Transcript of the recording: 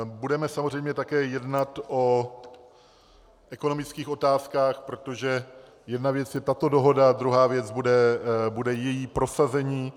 Budeme samozřejmě také jednat o ekonomických otázkách, protože jedna věc je tato dohoda, druhá věc bude její prosazení.